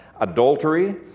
adultery